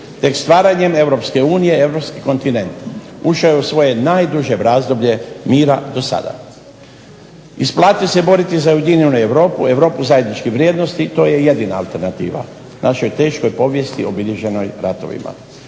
te stvaranjem Europske unije, Europski kontinent, ušao je u svoje najduže razdoblje mira do sada. Isplati se boriti za ujedinjenu Europu, Europu zajedničkih vrijednosti i to je jedina alternativa u našoj teškoj povijesti obilježenoj ratovima.